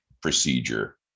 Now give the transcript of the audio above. procedure